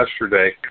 yesterday